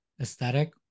aesthetic